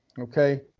okay